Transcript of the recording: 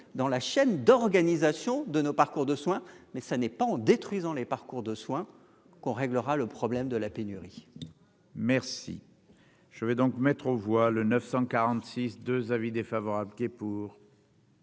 dans la chaîne d'organisation de nos parcours de soin, mais ça n'est pas en détruisant les parcours de soins qu'on réglera le problème de la pénurie. Merci. Je vais donc mettre aux voix le 946 2 avis défavorables qui est pour.